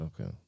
okay